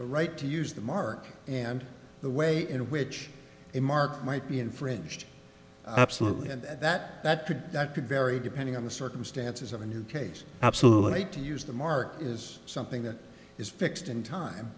right to use the mark and the way in which a mark might be infringed absolutely and that that could that could vary depending on the circumstances of a new case absolutely to use the mark is something that is fixed in time